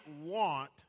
want